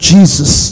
Jesus